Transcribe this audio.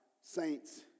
saints